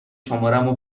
شمارمو